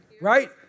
right